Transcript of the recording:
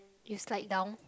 you slide down